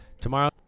Tomorrow